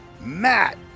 Matt